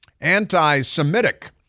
anti-Semitic